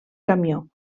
camió